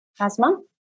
Asma